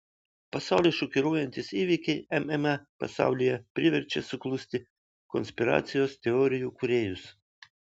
pasaulį šokiruojantys įvykiai mma pasaulyje priverčia suklusti konspiracijos teorijų kūrėjus